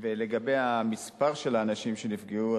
לגבי המספר של האנשים שנפגעו,